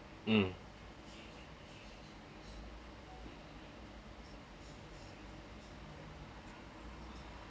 mm